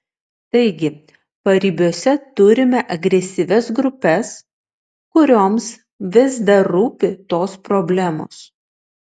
taigi paribiuose turime agresyvias grupes kurioms vis dar rūpi tos problemos